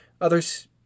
others